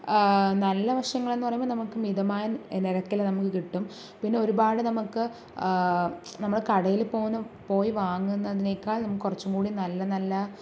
നല്ല വശങ്ങളെന്നു പറയുമ്പോൾ നമുക്ക് മിതമായ നിരക്കിൽ നമുക്ക് കിട്ടും പിന്നെ ഒരുപാട് നമുക്ക് നമ്മൾ കടയിൽ പോയി വാങ്ങുന്നതിനേക്കാൾ നമുക്ക് കുറച്ചും കൂടി നല്ല നല്ല